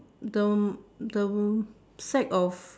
the the sack of